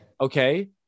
Okay